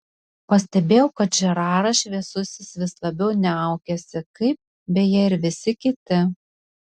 pastebėjau kad žeraras šviesusis vis labiau niaukiasi kaip beje ir visi kiti